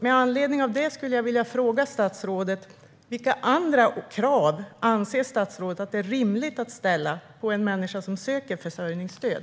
Med anledning av det vill jag fråga statsrådet: Vilka andra krav anser statsrådet att det är rimligt att ställa på en person som söker försörjningsstöd?